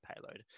payload